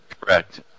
correct